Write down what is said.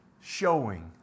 showing